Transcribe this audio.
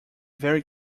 very